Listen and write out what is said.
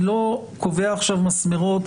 אני לא קובע עכשיו מסמרות,